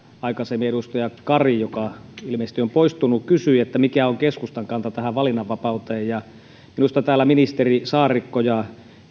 aikaisemmin edustaja kari joka ilmeisesti on poistunut kysyi mikä on keskustan kanta tähän valinnanvapauteen minusta täällä ministeri saarikko ja